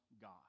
God